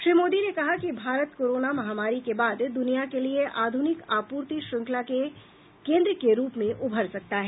श्री मोदी ने कहा कि भारत कोरोना महामारी के बाद दुनिया के लिए आधुनिक आपूर्ति श्रंखला के केंद्र के रूप में उभर सकता है